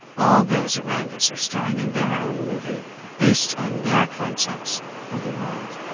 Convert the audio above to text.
all those around us are starring in their own movie based on their concepts of the world.